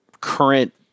current